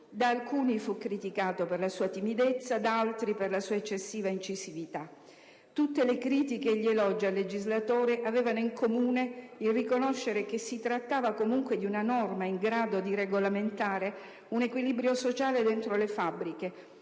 Da alcuni fu criticato per la sua timidezza, da altri per la sua eccessiva incisività. Tutte le critiche e gli elogi al legislatore avevano in comune il riconoscere che si trattava comunque di una norma in grado di regolamentare un equilibrio sociale dentro le fabbriche,